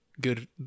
good